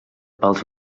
pals